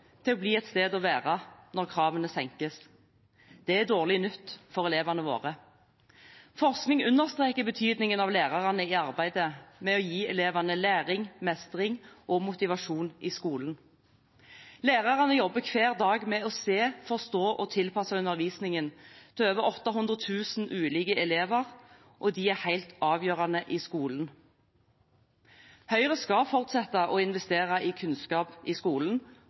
til å bli et sted å være når kravene senkes. Det er dårlig nytt for elevene våre. Forskning understreker betydningen av læreren i arbeidet med å gi elevene læring, mestring og motivasjon i skolen. Lærerne jobber hver dag med å se, forstå og tilpasse undervisningen til over 800 000 ulike elever, og de er helt avgjørende i skolen. Høyre skal fortsette å investere i kunnskap i skolen